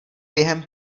během